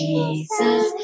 Jesus